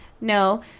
No